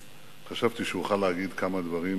חשבתי שאוכל להגיד כמה דברים